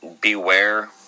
Beware